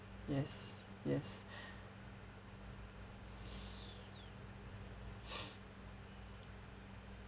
yes yes